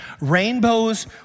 rainbows